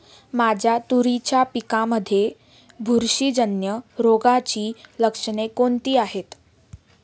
माझ्या तुरीच्या पिकामध्ये बुरशीजन्य रोगाची लक्षणे कोणती आहेत?